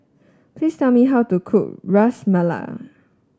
please tell me how to cook Ras Malai